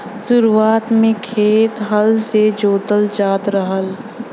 शुरुआत में खेत हल से जोतल जात रहल